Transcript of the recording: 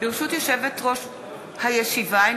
ברשות יושבת-ראש הישיבה,